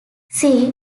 see